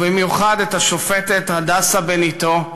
ובמיוחד את השופטת הדסה בן-עתו,